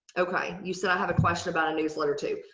okay? you said, i have a question about a newsletter, too.